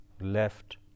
left